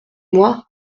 moi